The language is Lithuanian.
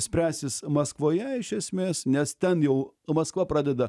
spręsis maskvoje iš esmės nes ten jau o maskva pradeda